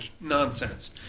nonsense